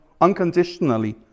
unconditionally